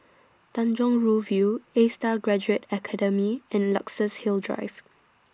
Tanjong Rhu View A STAR Graduate Academy and Luxus Hill Drive